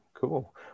cool